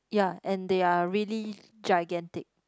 ya and they are really gigantic